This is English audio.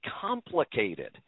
complicated